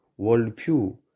worldview